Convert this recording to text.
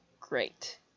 great